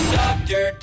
doctor